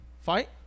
Fight